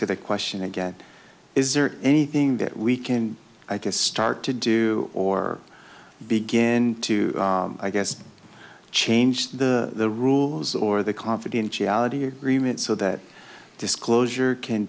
to the question again is there anything that we can i guess start to do or begin to i guess change the rules or the confidentiality agreement so that disclosure can